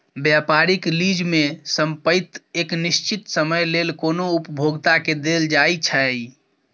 व्यापारिक लीज में संपइत एक निश्चित समय लेल कोनो उपभोक्ता के देल जाइ छइ